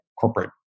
corporate